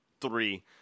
three